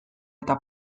eta